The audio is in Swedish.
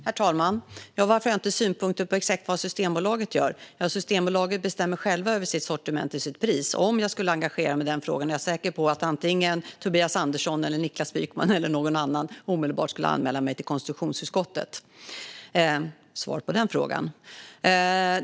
Herr talman! Varför har jag inte synpunkter på exakt vad Systembolaget gör? Jo, därför att Systembolaget bestämmer självt över sitt sortiment och sina priser. Om jag skulle engagera mig i den frågan är jag säker på att antingen Tobias Andersson eller Niklas Wykman eller någon annan omedelbart skulle anmäla mig till konstitutionsutskottet. Det är svaret på den frågan.